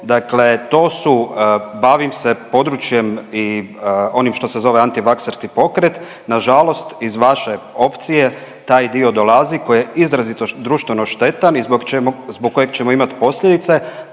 Dakle to su bavim se područjem i onim što se zove antivakserski pokret, nažalost iz vaše opcije taj dio dolazi koji je izrazito društveno štetan i zbog, zbog kojeg ćemo imat posljedice,